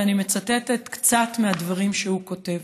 ואני מצטטת קצת מהדברים שהוא כותב: